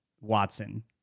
Watson